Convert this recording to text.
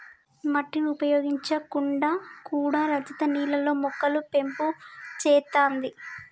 మట్టిని ఉపయోగించకుండా కూడా రజిత నీళ్లల్లో మొక్కలు పెంపు చేత్తాంది